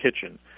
Kitchen